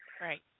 Right